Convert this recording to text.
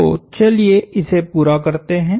तो चलिए इसे पूरा करते हैं